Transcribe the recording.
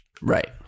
Right